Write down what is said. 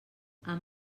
han